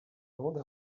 grande